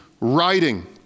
writing